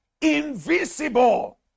invisible